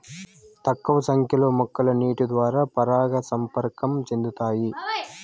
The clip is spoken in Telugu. తక్కువ సంఖ్య లో మొక్కలు నీటి ద్వారా పరాగ సంపర్కం చెందుతాయి